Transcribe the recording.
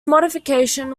modification